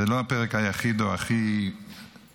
זה לא הפרק היחיד או שהכי בחרתי,